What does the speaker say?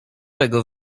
tego